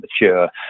mature